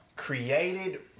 Created